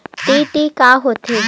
DD का होथे?